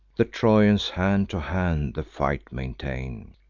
the trojans hand to hand the fight maintain.